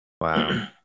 Wow